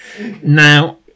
Now